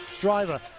driver